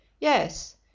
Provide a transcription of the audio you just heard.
Yes